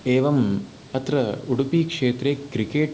एवं अत्र उडुपिक्षेत्रे क्रिकेट्